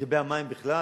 לגבי המים, בכלל